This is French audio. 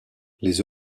les